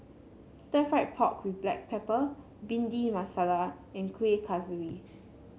Stir Fried Pork with Black Pepper Bhindi Masala and Kueh Kaswi